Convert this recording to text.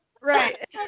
Right